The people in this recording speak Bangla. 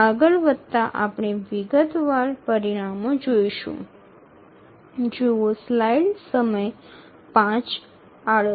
আমরা এগিয়ে যাওয়ার সাথে সাথে বিশদ ফলাফলগুলি দেখতে পাব